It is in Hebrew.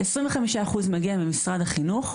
כ-25% מהתקציב מגיע ממשרד החינוך,